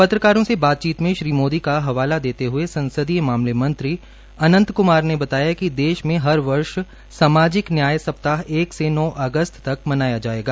पत्रकारों से बातचीत में श्री मोदी का हवाला देते हए संसदीय मामले मंत्री अनंत क्मार बताया कि देश में हर वर्ष सामाजिक न्याय सप्ताह एक से नौ अगस्त तक मनाया जायेगा